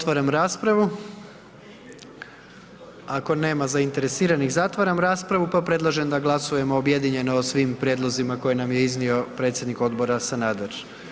Otvaram raspravu, ako nema zainteresiranih zatvaram raspravu pa predlažem da glasujemo objedinjeno o svim prijedlozima koje nam je iznio predsjednik odbora Sanader.